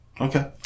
Okay